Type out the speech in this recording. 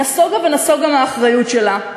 נסוגה ונסוגה מהאחריות שלה,